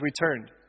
returned